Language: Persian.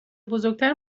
بزرگتر